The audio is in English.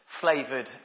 Flavoured